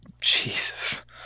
Jesus